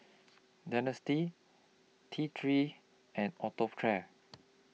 Dentiste T three and Atopiclair